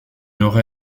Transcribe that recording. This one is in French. nord